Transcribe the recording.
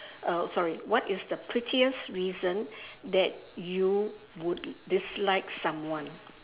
uh sorry what is the prettiest reason that you would dislike someone